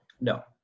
No